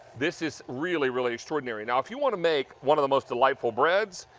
this is, really really extraordinary. and if you want to make one of the most delightful breads,